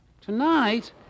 Tonight